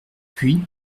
puis